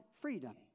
freedom